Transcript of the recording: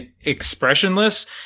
expressionless